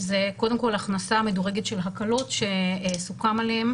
זה קודם כל הכנסה מדורגת של הקלות שסוכם עליהן,